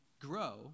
grow